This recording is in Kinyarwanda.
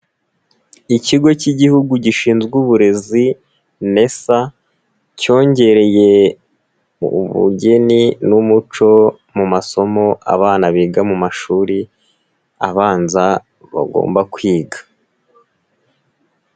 Ikigo cy'igihugu gishinzwe uburezi, NESA, cyongereye ubugeni n'umuco mu masomo abana biga mu mashuri, abanza bagomba kwiga.